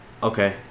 Okay